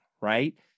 Right